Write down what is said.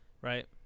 right